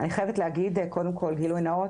אני חייבת להגיד קודם כל גילוי נאות,